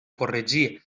corregir